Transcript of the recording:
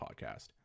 podcast